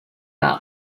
are